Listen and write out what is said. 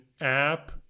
app